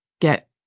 get